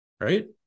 Right